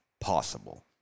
possible